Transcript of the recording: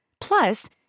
Plus